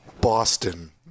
Boston